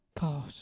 God